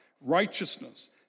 righteousness